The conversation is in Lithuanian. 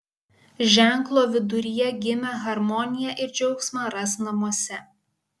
ženklo viduryje gimę harmoniją ir džiaugsmą ras namuose